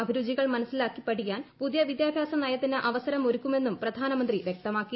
അഭിരുചികൾ മനസ്സിലാക്കി പഠിക്കാൻ പുതിയ വിദ്യാഭ്യാസ നയത്തിന് അവസരമൊരുക്കുമെന്നും പ്രധാനമന്ത്രി വ്യക്തമാക്കി